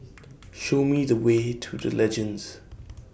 Show Me The Way to The Legends